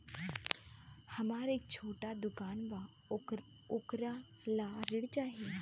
हमरा एक छोटा दुकान बा वोकरा ला ऋण चाही?